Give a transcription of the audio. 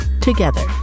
together